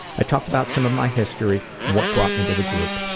i talked about some of my history and what brought me to the group.